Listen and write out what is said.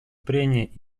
прения